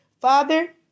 Father